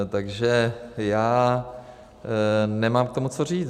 Takže já nemám k tomu co říct.